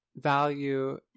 value